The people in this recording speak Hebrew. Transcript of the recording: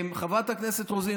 חברת הכנסת רוזין,